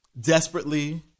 desperately